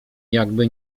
jakby